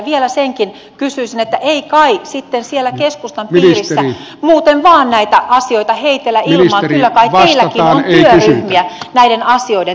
vielä senkin kysyisin että ei kai sitten keskustan piirissä muuten vain näitä asioita heitellä ilmaan kyllä kai teilläkin on työryhmiä näiden asioiden tueksi